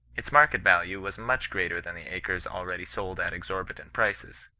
its market value was much greater than the acres already sold at exorbitant prices.